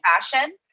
fashion